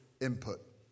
input